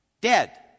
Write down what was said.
Dead